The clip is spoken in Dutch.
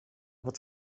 wat